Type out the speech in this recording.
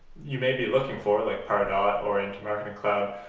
you may be looking for like power dot or into marketing cloud